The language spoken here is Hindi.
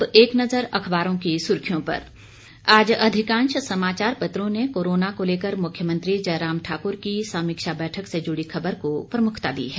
अब एक नजर अखबारों की सुर्खियों पर आज अधिकांश समाचार पत्रों ने कोरोना को लेकर मूख्यमंत्री जयराम ठाक्र की समीक्षा बैठक से जुड़ी खबर को प्रमुखता दी है